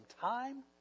time